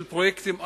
של פרויקטים ארציים,